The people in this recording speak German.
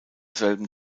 selben